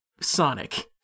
Sonic